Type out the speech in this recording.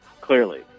clearly